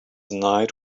night